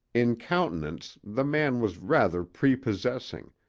in countenance the man was rather prepossessing,